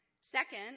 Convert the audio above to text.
Second